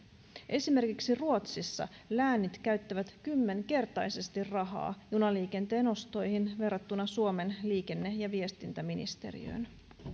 esimerkiksi ruotsissa läänit käyttävät kymmenkertaisesti rahaa junaliikenteen ostoihin verrattuna suomen liikenne ja viestintäministeriöön